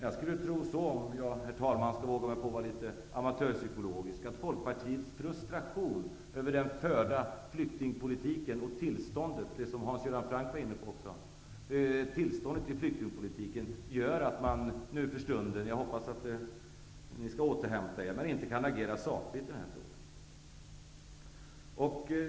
Jag skulle tro, herr talman, om jag får vara litet amatörpsykolog, att Folkpartiets frustration över den förda flyktingpolitiken, vilket Hans Göran Franck var inne på också, gör att partiets representanter nu för stunden -- jag hoppas att ni skall återhämta er -- inte kan agera sakligt i den här frågan.